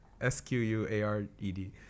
s-q-u-a-r-e-d